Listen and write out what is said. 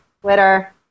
Twitter